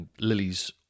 Lily's